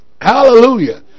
Hallelujah